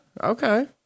Okay